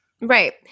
Right